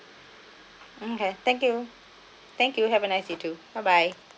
mm okay thank you thank you have a nice day too bye bye